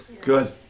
Good